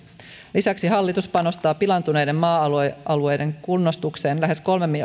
lisäksi hallitus panostaa pilaantuneiden maa alueiden kunnostukseen lähes kolme